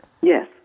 Yes